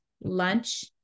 lunch